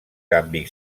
canvi